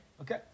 Okay